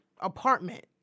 apartment